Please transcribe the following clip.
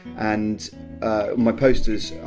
and my posters,